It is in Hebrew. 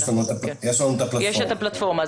יש לנו את הפלטפורמה.